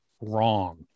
wrong